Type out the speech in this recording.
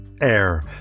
air